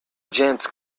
gents